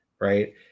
right